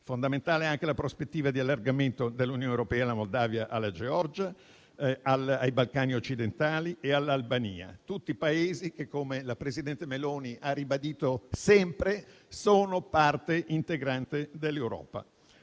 Fondamentale è anche la prospettiva di allargamento dell'Unione europea alla Moldavia e alla Georgia, ai Balcani occidentali e all'Albania: tutti Paesi che, come la presidente del Consiglio Meloni ha sempre ribadito, sono parte integrante dell'Europa.